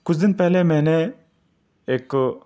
کچھ دن پہلے میں نے ایک